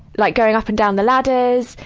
like, going up and down the ladders,